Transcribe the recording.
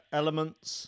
elements